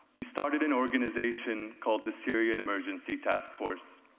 we started an organization called the syrian emergency task force